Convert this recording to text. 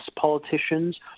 politicians